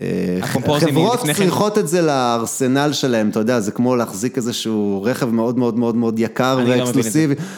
חברות צריכות את זה לארסנל שלהם, אתה יודע, זה כמו להחזיק איזשהו רכב מאוד מאוד מאוד יקר ואקסקלוסיבי.